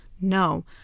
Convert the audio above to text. No